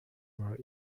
were